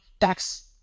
tax